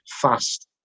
fast